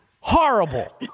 Horrible